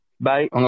bye